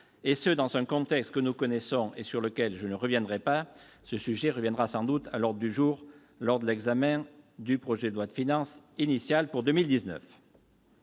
et ce, dans un contexte que nous connaissons et sur lequel je ne reviendrai pas, car nous aborderons le sujet lors de l'examen du projet de loi de finances initiale pour 2019.